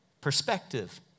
perspective